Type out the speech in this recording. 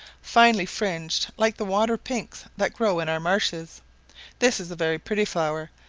finely fringed like the water-pinks that grow in our marshes this is a very pretty flower,